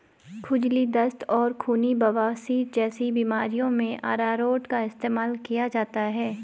खुजली, दस्त और खूनी बवासीर जैसी बीमारियों में अरारोट का इस्तेमाल किया जाता है